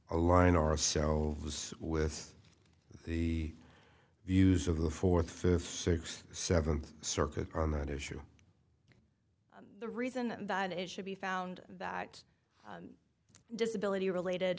align ourselves with the views of the fourth fifth sixth seventh circuit on that issue the reason that it should be found that disability related